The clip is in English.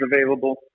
available